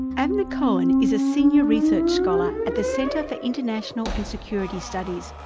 avner cohen is a senior research scholar at the centre for international and security studies,